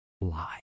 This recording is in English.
lie